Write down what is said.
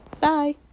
Bye